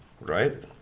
right